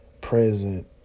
present